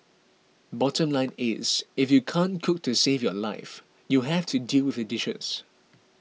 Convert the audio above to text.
bottom line is if you can't cook to save your life you'll have to deal with the dishes